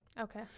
Okay